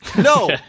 No